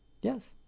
Yes